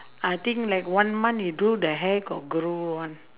I think like one month you do the hair got grow [one]